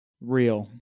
real